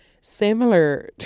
similar